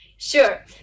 Sure